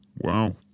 wow